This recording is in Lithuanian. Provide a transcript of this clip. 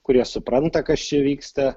kurie supranta kas čia vyksta